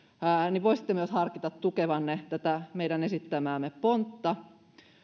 että voisitte myös harkita tukevanne tätä meidän esittämäämme pontta